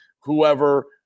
whoever